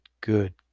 good